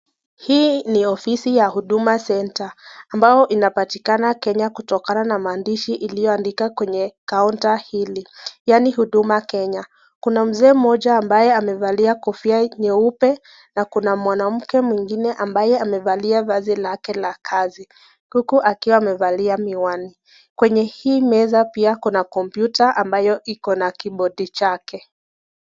Hii ni ofisi ya Huduma center ambayo inapatikana Kenya kutokana na maandishi iliyoandikwa kwenye (cs) counter (cs)hili yaani Huduma Kenya, kuna mzee mmoja ambaye amevalia kofia nyeupe na Kuna mwanamke mwingine ambaye amevalia vazi lake la kazi huku akiwa amevalia miwani, kwenye hii meza pia kuna (cs) computer (cs) ambayo Iko na (cs) keyboard (cs) chake.